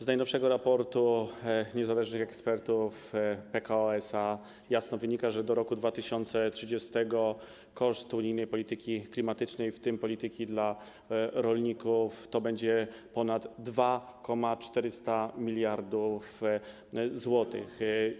Z najnowszego raportu niezależnych ekspertów PKO SA jasno wynika, że do roku 2030 koszt unijnej polityki klimatycznej, w tym polityki dla rolników, to będzie ponad 2,4 bln zł.